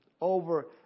Over